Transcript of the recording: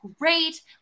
great